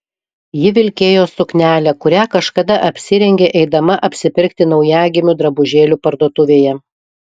ji vilkėjo suknelę kurią kažkada apsirengė eidama apsipirkti naujagimių drabužėlių parduotuvėje